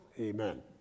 Amen